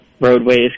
roadways